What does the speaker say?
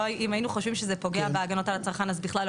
אם היינו חושבים שזה פוגע בהגנות על הצרכן אז בכלל לא